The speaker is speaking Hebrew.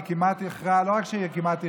לא רק שהיא כמעט,